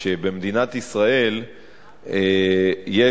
שבמדינת ישראל יש,